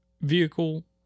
vehicle